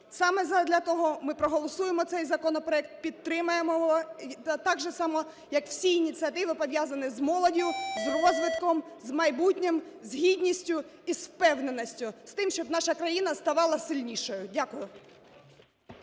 Саме задля того ми проголосуємо цей законопроект, підтримаємо його, так же само, як всі ініціативи, пов'язані з молоддю, з розвитком, з майбутнім, з гідністю і з впевненістю, з тим, щоб наша країна ставала сильнішою. Дякую.